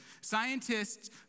scientists